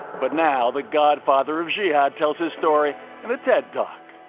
but now the godfather of jihad tells his story in a ted talk.